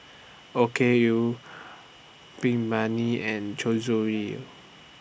Okayu and